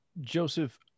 Joseph